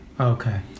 Okay